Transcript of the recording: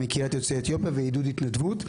מקהילת יוצאי אתיופיה ועידוד התנדבות.